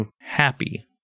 happy